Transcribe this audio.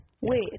Wait